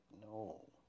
no